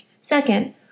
Second